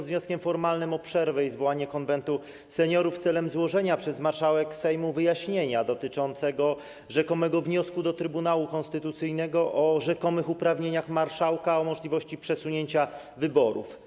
Z wnioskiem formalnym o przerwę i zwołanie Konwentu Seniorów celem złożenia przez marszałek Sejmu wyjaśnienia dotyczącego rzekomego wniosku do Trybunału Konstytucyjnego w sprawie rzekomych uprawnień marszałka co do możliwości przesunięcia wyborów.